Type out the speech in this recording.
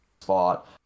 spot